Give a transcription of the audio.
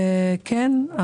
כן,